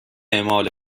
اعمال